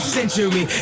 Century